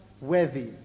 worthy